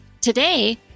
Today